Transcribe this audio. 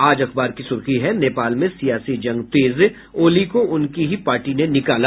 आज अखबार की सुर्खी है नेपाल में सियासी जंग तेज ओली को उनकी ही पार्टी ने निकाला